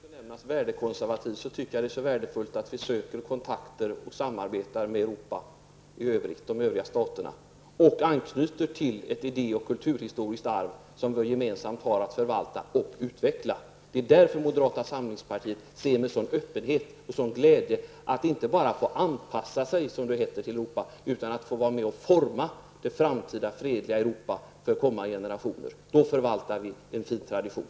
Herr talman! Just av det skälet att jag också brukar benämnas värdekonservativ tycker jag att det är så värdefullt att vi söker kontakter och samarbete med de övriga staterna i Europa och anknyter till ett idéoch kulturhistoriskt arv som vi gemensamt har att förvalta och utveckla. Det är därför moderata samlingspartiet ser med sådan öppenhet och sådan glädje på möjligheten att inte bara få anpassa sig, som det heter, till Europa, utan att få vara med och forma det framtida fredliga Europa för kommande generationer. Då förvaltar vi en fin tradition.